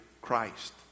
Christ